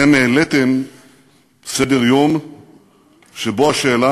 העליתם סדר-יום שבו השאלה,